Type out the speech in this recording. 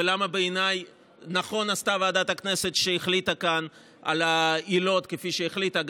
ולמה בעיניי נכון עשתה ועדת הכנסת שהחליטה כאן על העילות כפי שהחליטה,